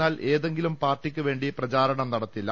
എന്നാൽ ഏതെങ്കിലും പാർട്ടിക്ക് ്വേണ്ടി പ്രചാരണം നടത്തില്ല